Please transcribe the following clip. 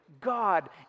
God